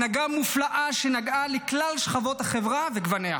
הנהגה מופלאה שנגעה לכלל שכבות החברה וגווניה.